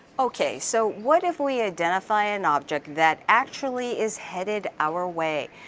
okay, so what if we identify an object that actually is headed our way?